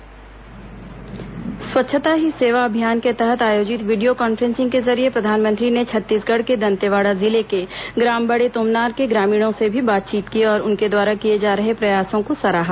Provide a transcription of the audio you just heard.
स्वच्छता ही सेवा छत्तीसगढ़ स्वच्छता ही सेवा अभियान के तहत आयोजित वीडियो कॉन्फ्रेंसिंग के जरिये प्रधानमंत्री ने छत्तीसगढ़ के दंतेवाड़ा जिले के ग्राम बड़े तोमनार के ग्रामीणों से भी बातचीत की और उनके द्वारा किए जा रहे प्रयासों को सराहा